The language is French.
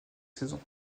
saisons